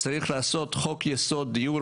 צריך לעשות חוק-יסוד דיור,